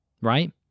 right